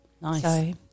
Nice